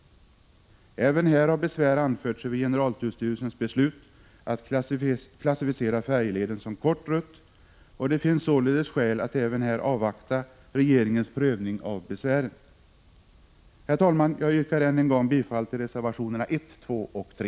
Besvär har anförts över generaltullsstyrelsens beslut att klassificera färjeleden som kort rutt, och det finns således skäl att även här avvakta regeringens prövning av besvären. Herr talman! Jag yrkar än en gång bifall till reservationerna 1, 2 och 3.